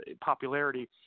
popularity